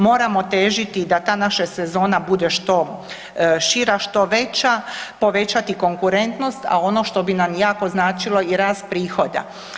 Moramo težiti da ta naša sezona bude što šira, što veća, povećati konkurentnost a ono što bi nam jako značilo i rast prihoda.